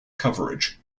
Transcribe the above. coverage